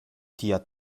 tia